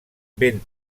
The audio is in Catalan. ben